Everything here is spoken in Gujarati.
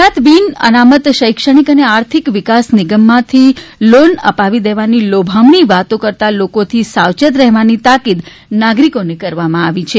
ગુજરાત બિન અનામત શૈક્ષણિક અને આર્થિક વિકાસ નિગમમાંથી લોન અપાવી દેવાની લોભામણી વાતો કરતાં લોકોથી સાવચેત રહેવાની તાકીદ નાગરિકોને કરવામાં આવી છે